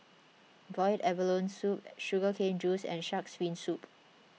Boiled Abalone Soup Sugar Cane Juice and Shark's Fin Soup